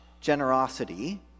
generosity